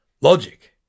Logic